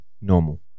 normal